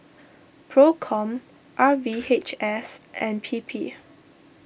Procom R V H S and P P